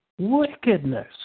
wickedness